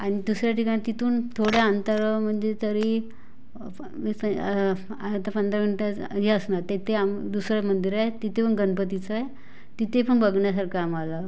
आणि दुसऱ्या ठिकाणी तिथून थोड्या अंतरावर म्हणजे तरी फा मीस आहेत पंधरा मिंटाचं हे असणार ते ते दुसरं मंदिर आहे तिथे पण गणपतीचं आहे तिथे पण बघण्यासारखं आहे आम्हाला